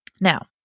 Now